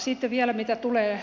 sitten vielä mitä tulee